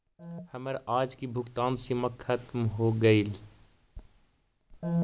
हमर आज की भुगतान सीमा खत्म हो गेलइ